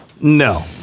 No